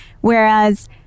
whereas